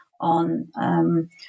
on